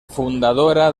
fundadora